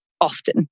often